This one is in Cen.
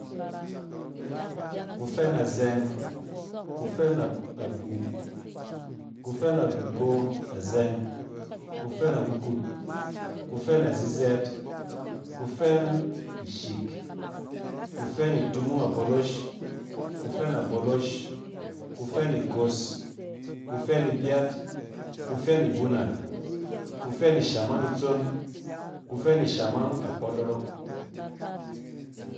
Kufɛn azɛng, kufɛn agbu, kufɛn agbugbo azɛng, kufɛn arukut, kufɛn azizɛɛt, kufɛn ishik, kufɛn itumung aabolosh, kufɛn abolish, kufɛn ikos, kufɛn ibyat, kufɛn ibuna, kufɛn ishamang itson, kufɛn ishomang akpodorok.